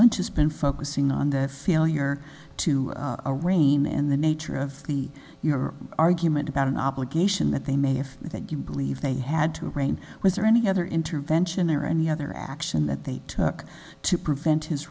lynch is been focusing on this failure to arraign and the nature of the your argument about an obligation that they may have that you believe they had to rain was there any other intervention or any other action that they took to prevent